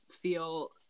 feel